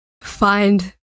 find